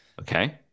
okay